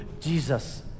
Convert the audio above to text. Jesus